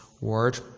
word